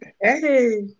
Hey